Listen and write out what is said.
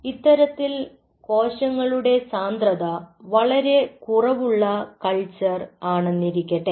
ഇത്തരത്തിൽ കോശങ്ങളുടെ സാന്ദ്രത വളരെ കുറവുള്ള കൾച്ചർ ആണെന്നിരിക്കട്ടെ